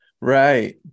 Right